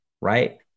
right